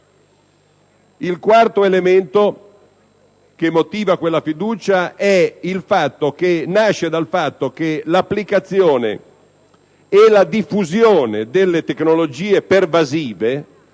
Il quarto elemento che motiva quella fiducia nasce dal fatto che l'applicazione e la diffusione delle tecnologie pervasive